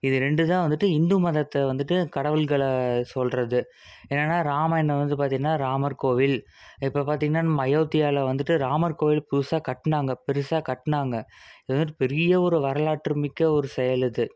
இது ரெண்டு தான் வந்துட்டு இந்து மதத்தை வந்துட்டு கடவுள்களை சொல்கிறது என்னென்னால் ராமாயணம் வந்து பார்த்தீங்கன்னா ராமர் கோவில் இப்போ பார்த்தீங்கன்னா நம்ம அயோத்தியாவில் வந்துட்டு ராமர் கோயில் புதுசாக கட்டினாங்க பெருசாக கட்டினாங்க இது வந்துட்டு பெரிய ஒரு வரலாற்று மிக்க ஒரு செயல் இது